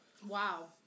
Wow